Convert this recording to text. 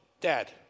dad